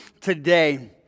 today